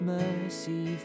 mercy